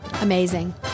Amazing